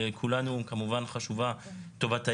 לכולנו, כמובן, חשובה טובת הילד.